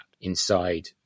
inside